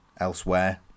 elsewhere